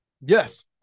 Yes